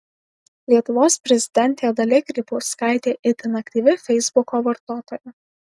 lietuvos prezidentė dalia grybauskaitė itin aktyvi feisbuko vartotoja